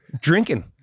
drinking